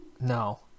No